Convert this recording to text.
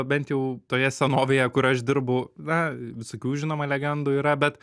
bent jau toje senovėje kur aš dirbau na visokių žinoma legendų yra bet